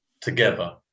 together